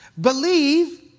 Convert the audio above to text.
Believe